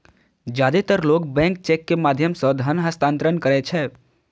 जादेतर लोग bank cheque के माध्यम सं धन हस्तांतरण करै छै